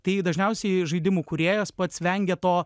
tai dažniausiai žaidimų kūrėjas pats vengia to